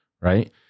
right